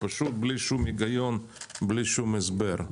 בלי היגיון בלי שום הסבר.